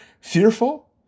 fearful